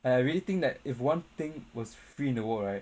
I really think that if one thing was free in the world right